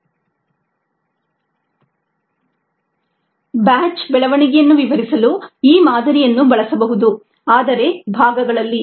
1xdxdtμ batch ಬೆಳವಣಿಗೆಯನ್ನು ವಿವರಿಸಲು ಈ ಮಾದರಿಯನ್ನು ಬಳಸಬಹುದು ಆದರೆ ಭಾಗಗಳಲ್ಲಿ